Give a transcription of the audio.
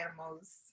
animals